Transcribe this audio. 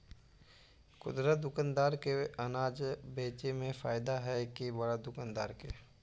खुदरा दुकानदार के अनाज बेचे में फायदा हैं कि बड़ा दुकानदार के?